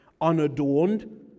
unadorned